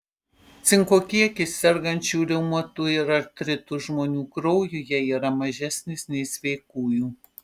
cinko kiekis sergančių reumatu ir artritu žmonių kraujyje yra mažesnis nei sveikųjų